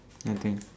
nothing